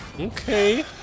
Okay